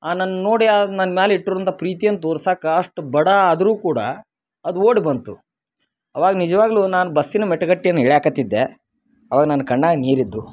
ಆ ನನ್ನ ನೋಡಿ ಅದು ನನ್ನ ಮ್ಯಾಲ ಇಟ್ಟಿರೋಂಥ ಪ್ರೀತಿಯನ್ನ ತೋರ್ಸೋಕ್ಕೆ ಅಷ್ಟು ಬಡ ಆದ್ರೂ ಕೂಡ ಅದು ಓಡಿ ಬಂತು ಆವಾಗ ನಿಜವಾಗ್ಲೂ ನಾನು ಬಸ್ಸಿನ ಮೆಟಗಟ್ಟಿಯನ್ನ ಇಳಿಯಾಕ್ಕತ್ತಿದ್ದೆ ಆವಾಗ ನನ್ನ ಕಣ್ಣಾಗ ನೀರು ಇದ್ದು